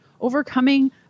overcoming